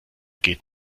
geht